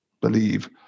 believe